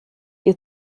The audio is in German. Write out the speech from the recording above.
ihr